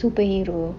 superhero